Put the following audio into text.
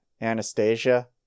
Anastasia